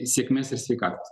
sėkmės ir sveikatos